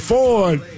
Ford